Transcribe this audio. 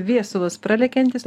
viesulas pralekiantis